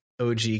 OG